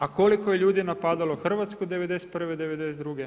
A koliko je ljudi napadalo Hrvatsku '91., '92.